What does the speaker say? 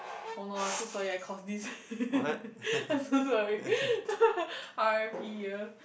oh no I'm so sorry I caused this I'm so sorry r_p year